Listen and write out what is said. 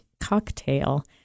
cocktail